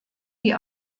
die